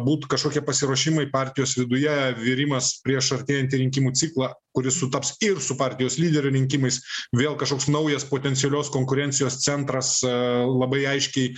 būt kažkokie pasiruošimai partijos viduje virimas prieš artėjantį rinkimų ciklą kuris sutaps ir su partijos lyderio rinkimais vėl kažkoks naujas potencialios konkurencijos centras labai aiškiai